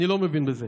אני לא מבין בזה,